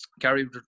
Gary